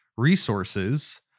Resources